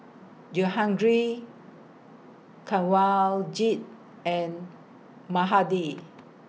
Jehangirr Kanwaljit and Mahade